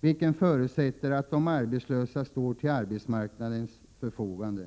vilken förutsätter att de arbetslösa står till arbetsmarknadens förfogande.